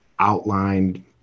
Outlined